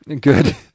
Good